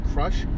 Crush